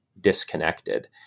disconnected